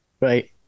Right